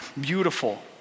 beautiful